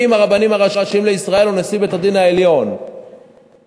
ואם הרבנים הראשיים לישראל ונשיאי בית-הדין העליון לא